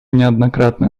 неоднократно